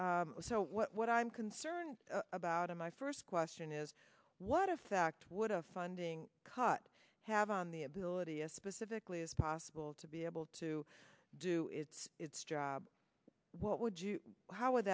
so what i'm concerned about in my first question is what effect would a funding cut have on the ability as specifically as possible to be able to do its its job what would you how would